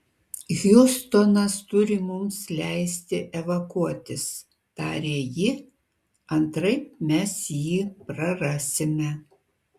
hjustonas turi mums leisti evakuotis tarė ji antraip mes jį prarasime